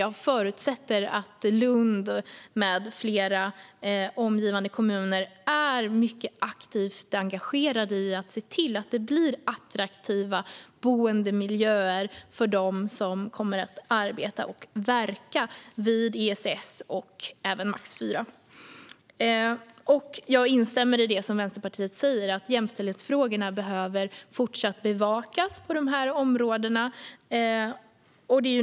Jag förutsätter att Lund med flera omgivande kommuner är aktivt engagerade i att se till att det blir attraktiva boendemiljöer för dem som kommer att arbeta och verka vid ESS och Max IV. Jag instämmer i det som Vänsterpartiet sa om att jämställdhetsfrågorna behöver fortsätta att bevakas på dessa områden.